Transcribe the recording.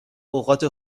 اوقات